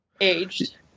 aged